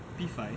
P five